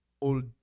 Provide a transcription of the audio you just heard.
old